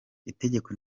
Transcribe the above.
itegeko